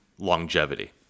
longevity